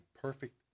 Perfect